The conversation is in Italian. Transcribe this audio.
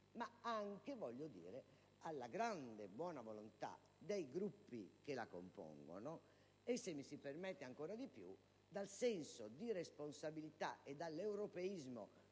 ma anche alla grande buona volontà dei Gruppi che la compongono e, se mi si permette ancora di più, al senso di responsabilità e all'europeismo